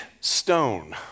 stone